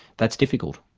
that's difficult.